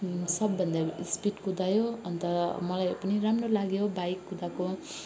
सबभन्दा स्पिड कुदायो अन्त मलाई पनि राम्रो लाग्यो बाइक कुदाएको